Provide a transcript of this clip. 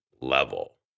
level